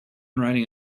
riding